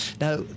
Now